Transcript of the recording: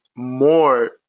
More